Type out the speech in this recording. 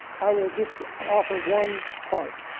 i will just offer one part.